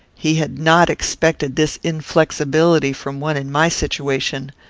he had not expected this inflexibility from one in my situation.